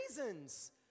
reasons